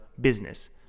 business